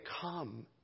come